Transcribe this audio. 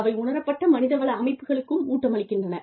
அவை உணரப்பட்ட மனிதவள அமைப்புகளுக்கும் ஊட்டமளிக்கின்றன